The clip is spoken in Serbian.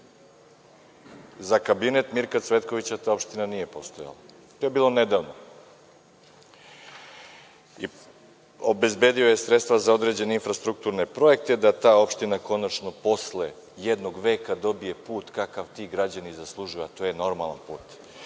za kabinet Mrka Cvetkovića ta opština nije postojala. To je bilo nedavno. Obezbedio je sredstva za određene infrastrukturne projekte, da ta opština konačno posle jednog veka dobije put kakav ti građani zaslužuju, a to je normalan put.I,